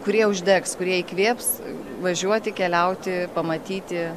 kurie uždegs kurie įkvėps važiuoti keliauti pamatyti